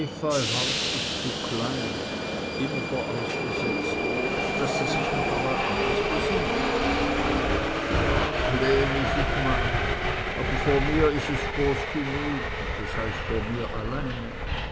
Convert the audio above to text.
efeuhaus ist zu klein immer vorausgesetzt daß sie sich noch mal anders besinnen ja kleen is es man aber vor mir is es jroß genug das heißt vor mir alleine